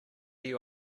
you